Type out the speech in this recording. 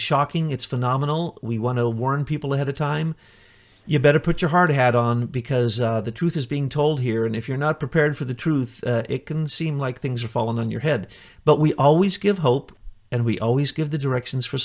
shocking it's phenomenal we want to warn people ahead of time you better put your heart had on because the truth is being told here and if you're not prepared for the truth it can seem like things are falling on your head but we always give hope and we always give the directions for